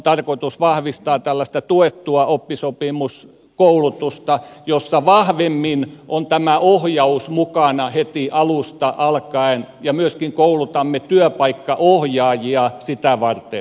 tarkoitus on vahvistaa tällaista tuettua oppisopimuskoulutusta jossa vahvemmin on tämä ohjaus mukana heti alusta alkaen ja myöskin koulutamme työpaikkaohjaajia sitä varten